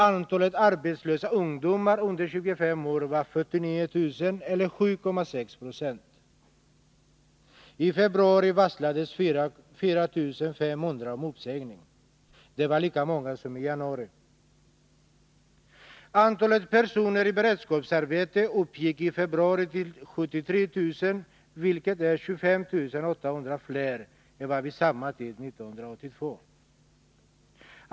Antalet arbetslösa ungdomar under 25 år var 49 000 eller 7,6 96. I februari varslades 4 500 om uppsägning. Det var lika många som i januari. Antalet personer i beredskapsarbete uppgick i februari till 73 200, vilket är 25 800 fler än vid samma tid 1982.